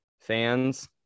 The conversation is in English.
fans